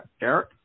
Eric